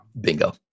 bingo